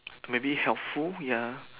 maybe helpful ya